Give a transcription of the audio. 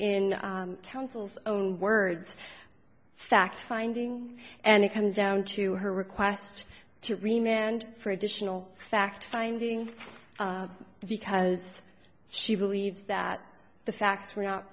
in counsel's own words fact finding and it comes down to her request to remain for additional fact finding because she believes that the facts were not